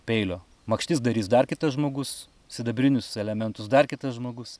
peilio makštis darys dar kitas žmogus sidabrinius elementus dar kitas žmogus